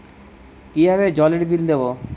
কিভাবে জলের বিল দেবো?